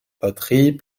poterie